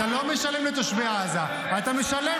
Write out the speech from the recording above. אתה לא משלם לתושבי עזה, אתה משלם